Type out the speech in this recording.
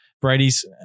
Brady's